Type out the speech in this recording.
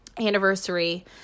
anniversary